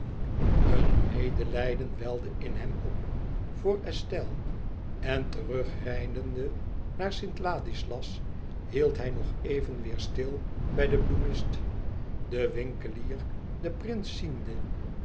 een medelijden welde in hem op voor estelle en terugrijdende naar st ladislas hield hij nog even weêr stil bij den bloemist de winkelier den prins ziende